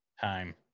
Time